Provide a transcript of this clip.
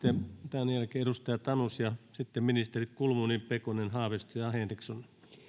tämän jälkeen edustaja tanus ja sitten ministerit kulmuni pekonen haavisto ja henriksson